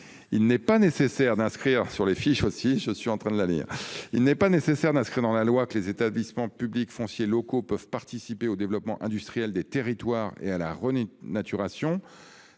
Il n'est pas nécessaire d'inscrire dans la loi que les établissements publics fonciers peuvent participer au développement industriel des territoires et à la renaturation.